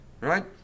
Right